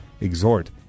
exhort